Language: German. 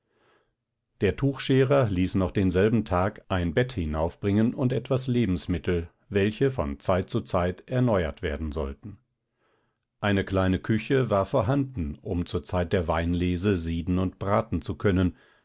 der tuchscherer ließ noch denselben tag ein bett hinaufbringen und etwas lebensmittel welche von zeit zu zeit erneuert werden sollten eine kleine küche war vorhanden um zur zeit der weinlese sieden und braten zu können